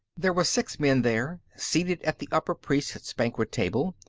there were six men there, seated at the upper-priests' banquet table,